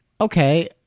Okay